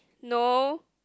no